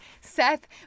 Seth